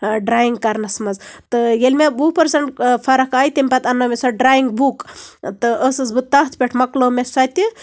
drawing کرنَس منٛز تہٕ ییٚلہِ مےٚ وُہ پٔرسَنٹ فرق آیہِ تَمہِ پَتہٕ اَننٲو مےٚ سۄ ڈریِنگ بُک تہٕ ٲسٕس بہٕ تَتھ پٮ۪ٹھ مۄکلٲو مےٚ سۄ تہِ